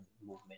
movement